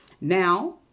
Now